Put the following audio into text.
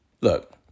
Look